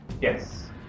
Yes